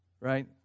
Right